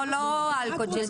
לא אלכוג'ל.